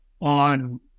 on